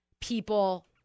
people